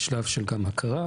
בשלב של הכרה.